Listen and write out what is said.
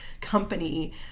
company